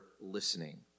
listening